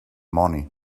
money